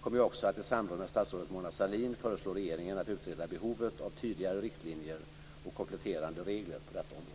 kommer jag också att i samråd med statsrådet Mona Sahlin föreslå regeringen att utreda behovet av tydligare riktlinjer och kompletterande regler på detta område.